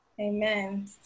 amen